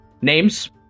Names